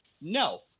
no